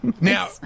Now